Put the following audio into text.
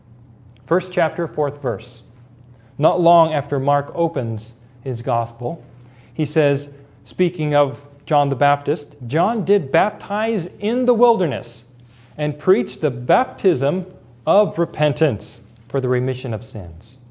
first chapter fourth verse not long after mark opens his gospel he says speaking of john the baptist john did baptize in the wilderness and preached the baptism of repentance for the remission of sins